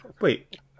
Wait